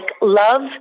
love